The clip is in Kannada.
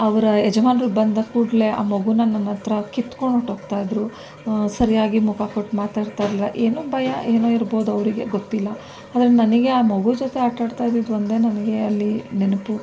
ಅವರ ಯಜಮಾನರು ಬಂದ ಕೂಡಲೆ ಆ ಮಗುನ ನನ್ನ ಹತ್ರ ಕಿತ್ಕೊಂಡು ಹೊರ್ಟೋಗ್ತಾ ಇದ್ರು ಸರಿಯಾಗಿ ಮುಖ ಕೊಟ್ಟು ಮಾತಾಡ್ತಾಯಿರ್ಲಿಲ್ಲ ಏನೋ ಭಯ ಏನೋ ಇರ್ಬೋದು ಅವರಿಗೆ ಗೊತ್ತಿಲ್ಲ ಆದರೆ ನನಗೆ ಆ ಮಗು ಜೊತೆ ಆಟಾಡ್ತಾ ಇದ್ದಿದ್ದು ಒಂದೇ ನನಗೆ ಅಲ್ಲಿ ನೆನಪು